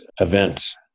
events